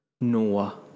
Noah